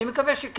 אני מקווה שכן.